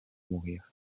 mourir